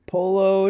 Polo